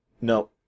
No